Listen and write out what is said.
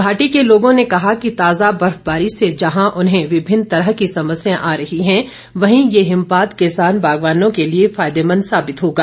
घाटी के लोगों ने कहा कि ताजा बर्फबारी से जहां उन्हें विभिन्न तरह की समस्याएं आ रही है वहीं ये हिमपात किसान बागवानों के लिए फायदेमंद साबित होगा